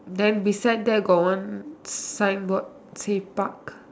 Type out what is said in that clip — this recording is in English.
then beside that got one sign board say park